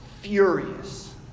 furious